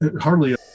Hardly